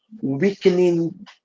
weakening